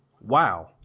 Wow